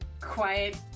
quiet